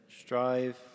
strive